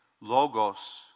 logos